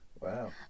Wow